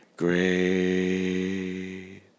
great